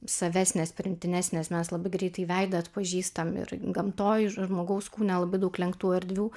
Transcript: savesnės priimtinesnės mes labai greitai veidą atpažįstam ir gamtoj žmogaus kūne labai daug lenktų erdvių